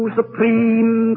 supreme